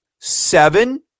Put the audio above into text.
seven